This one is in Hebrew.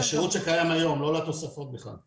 לשירות שקיים היום, לא לתוספות בכלל.